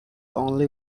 only